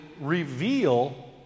reveal